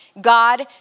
God